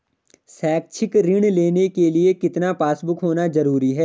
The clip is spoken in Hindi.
शैक्षिक ऋण लेने के लिए कितना पासबुक होना जरूरी है?